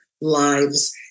lives